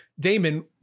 Damon